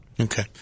okay